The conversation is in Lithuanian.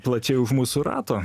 plačiai už mūsų rato